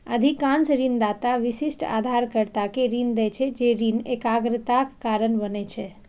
अधिकांश ऋणदाता विशिष्ट उधारकर्ता कें ऋण दै छै, जे ऋण एकाग्रताक कारण बनै छै